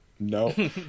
No